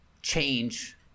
change